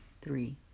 three